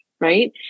right